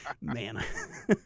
Man